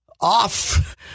off